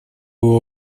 его